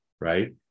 right